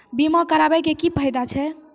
बीमा कराबै के की फायदा छै?